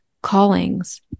callings